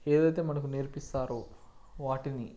ఏదైతే మనకు నేర్పిస్తారో వాటిని